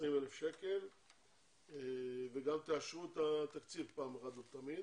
20,000 שקל וגם תאשרו את התקציב פעם אחת ולתמיד.